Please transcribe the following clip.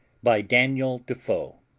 by daniel defoe